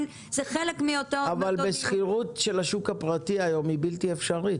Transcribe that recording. אבל בשכירות של השוק הפרטי היום היא בלתי אפשרית.